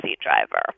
driver